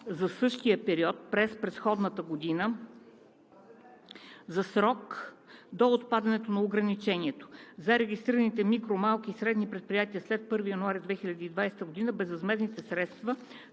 за същия период през предходната година, за срок до отпадането на ограничението. За регистрираните микро-, малки и средни предприятия след 1 януари 2020 г. безвъзмездните средства